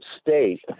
state